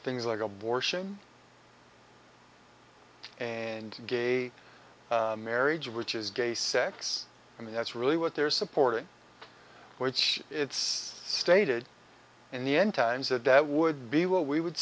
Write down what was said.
things like abortion and gay marriage which is gay sex and that's really what they're supporting which it's stated in the end times a day that would be what we would